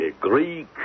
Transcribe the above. Greek